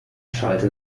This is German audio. schallte